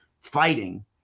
fighting